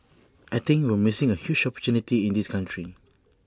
I think we're missing A huge opportunity in this country